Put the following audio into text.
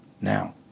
now